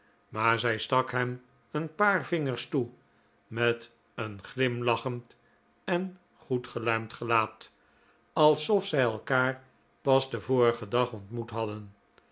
maar zij stak hem een paar vingers toe met een glimlachend en goedgeluimd gelaat alsof zij elkaar pas den vorigen dag ontmoet hadden